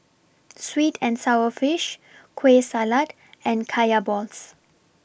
Sweet and Sour Fish Kueh Salat and Kaya Balls